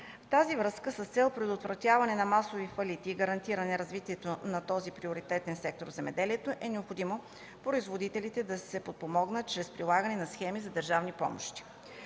тази връзка с цел предотвратяване на масови фалити и гарантиране на развитието на този приоритетен сектор в земеделието, е необходимо производителите да се подпомогнат чрез прилагане на схеми за държавни помощи.